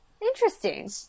Interesting